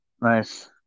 Nice